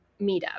meetup